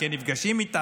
כן נפגשים איתה,